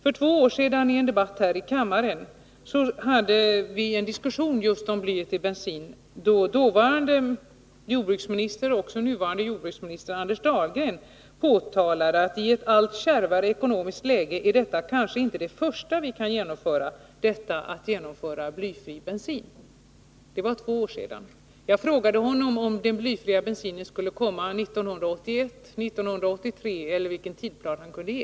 I en debatt här i kammaren för två år sedan om bly i bensin påtalade dåvarande jordbruksministern — och även nuvarande — Anders Dahlgren att blyfri bensin kanske inte är det första vi kan genomföra i ett allt kärvare ekonomiskt läge. Det var för två år sedan. Jag frågade honom om den blyfria bensinen skulle komma 1981 eller 1983 och vilken tidplan han kunde ange.